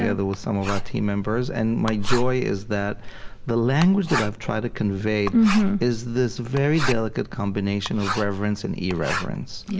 yeah with some of our team members. and my joy is that the language that i've tried to convey is this very delicate combination of reverence and irreverence. yeah